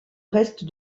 reste